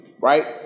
Right